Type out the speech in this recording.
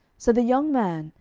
so the young man,